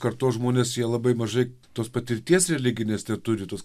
kartos žmonės jie labai mažai tos patirties religinės neturi tos